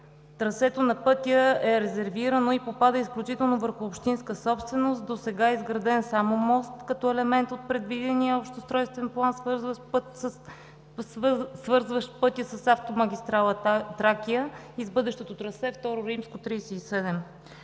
Трасето на пътя е резервирано и попада изключително върху общинска собственост. До сега е изграден само мост като елемент от предвидения общ устройствен план, свързващ пътя с автомагистрала Тракия и с бъдещото трасе II-37.